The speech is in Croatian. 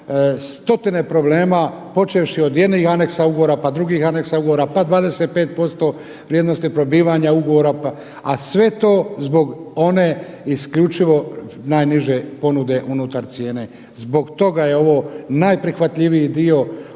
stotine problema, počevši od … aneksa ugovora, pa drugih aneksa ugovora pa 25% vrijednosti probivanja ugovora, a sve to zbog one isključivo najniže ponude unutar cijene. Zbog toga je ovo najprihvatljiviji dio ovog